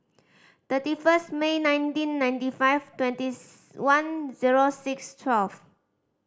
thirty first May nineteen ninety five twenty one zero six twelve